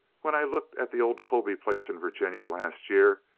when i looked at the old colby place in virginia last year,